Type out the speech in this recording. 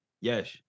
yes